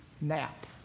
nap